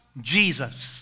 Jesus